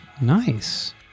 Nice